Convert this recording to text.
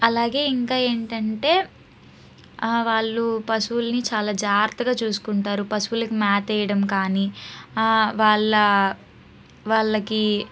అలాగే ఇంకా ఏంటంటే వాళ్ళు పశువులని చాలా జాగ్రత్తగా చూసుకుంటారు పశువులకు మేత వేయడం కానీ వాళ్ళ వాళ్ళకి